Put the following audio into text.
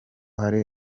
hari